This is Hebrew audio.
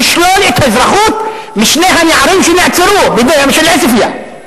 לשלול את האזרחות משני הנערים מעוספיא שנעצרו מה?